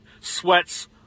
sweats